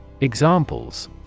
Examples